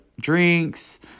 drinks